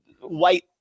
white